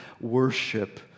worship